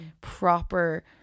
proper